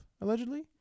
allegedly